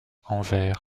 anvers